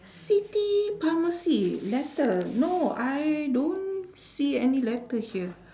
city pharmacy letter no I don't see any letter here